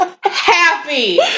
happy